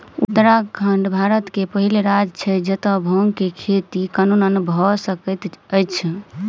उत्तराखंड भारत के पहिल राज्य छै जतअ भांग के खेती कानूनन भअ सकैत अछि